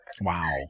Wow